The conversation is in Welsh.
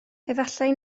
efallai